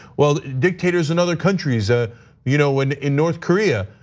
well, the dictators in other countries. ah you know in in north korea,